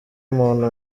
umuntu